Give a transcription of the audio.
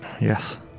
Yes